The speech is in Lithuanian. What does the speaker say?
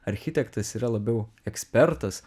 architektas yra labiau ekspertas